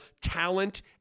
talent